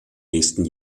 nächsten